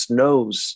knows